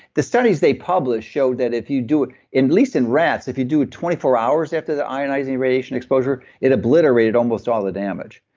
the studies they published showed that if you do at least in rats, if you do a twenty four hours after the ionizing radiation exposure, it obliterated almost all the damage.